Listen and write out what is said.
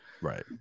Right